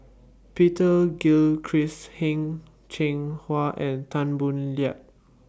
Peter Gilchrist Heng Cheng Hwa and Tan Boo Liat